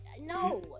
No